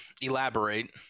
Elaborate